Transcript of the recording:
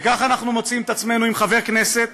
וכך אנחנו מוצאים את עצמנו עם חבר כנסת